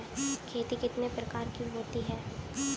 खेती कितने प्रकार की होती है?